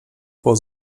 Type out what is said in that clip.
vor